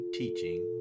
teaching